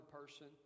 person